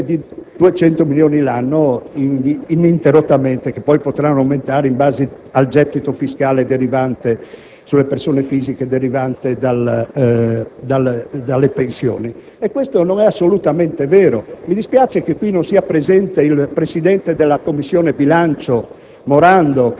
alla Regione di godere di 200 milioni di euro l'anno ininterrottamente che potranno aumentare in base al gettito fiscale sulle persone fisiche derivante dalle pensioni. Ma ciò non è assolutamente vero. Mi dispiace che non sia presente il presidente della Commissione bilancio